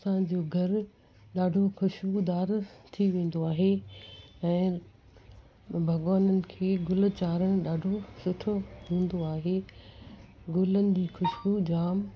असांजो घरु ॾाढो खुशबूदार थी वेंदो आहे ऐं भॻवाननि खे गुल चाढ़णु ॾाढो सुठो हूंदो आहे गुल जी खुशबू जाम